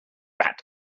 bat